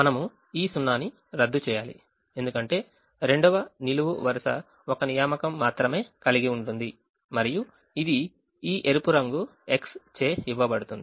మనము ఈ సున్నాను రద్దు చేయాలి ఎందుకంటే 2వ నిలువు వరుస ఒక నియామకం మాత్రమే కలిగి ఉంటుంది మరియు ఇది ఈ ఎరుపు రంగు X చే ఇవ్వబడుతుంది